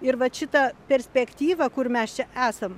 ir vat šita perspektyva kur mes čia esam